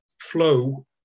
flow